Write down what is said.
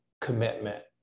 commitment